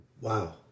Wow